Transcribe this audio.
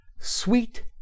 Sweet